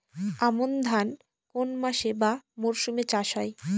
আমন ধান কোন মাসে বা মরশুমে চাষ হয়?